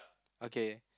okay